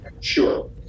Sure